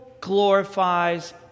glorifies